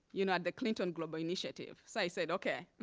you know at the clinton global initiative. so i said okay,